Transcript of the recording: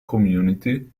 community